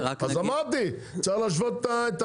מצוין, אז בואו נשווה תפוחים לתפוחים.